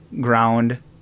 ground